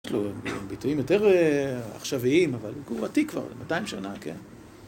יש לו ביטויים יותר עכשוויים, אבל הוא ותיק כבר, 200 שנה, כן?